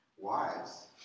Wives